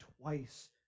twice